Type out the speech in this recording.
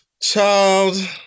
child